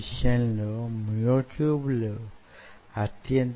దాన్ని తీటా గా గుర్తిస్తాము